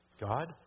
God